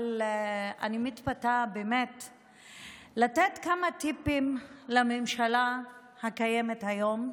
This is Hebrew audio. אבל אני מתפתה לתת כמה טיפים לממשלה הקיימת היום,